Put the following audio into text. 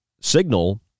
signal